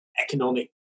economic